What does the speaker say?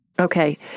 Okay